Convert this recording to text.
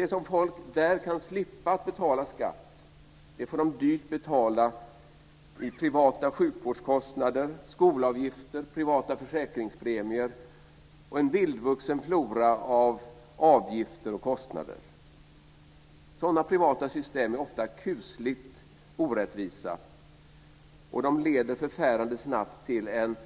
Det som människor där kan slippa att betala i skatt får de dyrt betala i privata sjukvårdskostnader, skolavgifter, privata försäkringspremier och en vildvuxen flora av avgifter och kostnader. Sådana privata system är ofta kusligt orättvisa. De leder förfärande snabbt till en